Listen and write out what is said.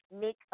make